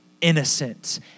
innocent